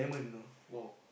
!whoa!